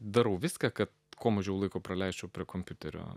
darau viską kad kuo mažiau laiko praleisčiau prie kompiuterio